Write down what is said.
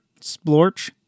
Splorch